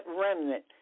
remnant